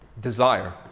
desire